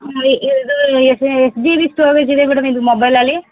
ಇದು ಎಸ್ ಎಷ್ಟು ಜಿ ಬಿ ಸ್ಟೋರೇಜಿದೆ ಮೇಡಮ್ ಇದು ಮೊಬೈಲಲ್ಲಿ